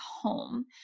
home